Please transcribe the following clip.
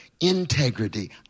integrity